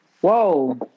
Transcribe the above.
Whoa